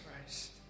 Christ